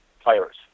players